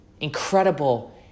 incredible